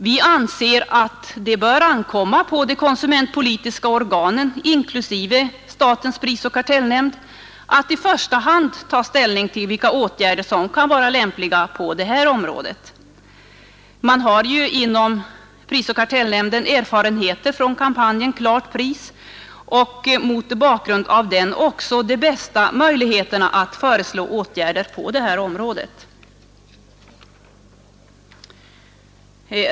Vi anser att det bör ankomma på de konsumentpolitiska organen, inklusive statens prisoch kartellnämnd, att i första hand ta ställning till vilka åtgärder som kan vara lämpliga på detta område. Man har inom prisoch kartellnämnden erfarenheter från kampanjen ”Klart pris” och mot bakgrund därav också de bästa möjligheterna att föreslå åtgärder på det här området.